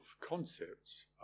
concepts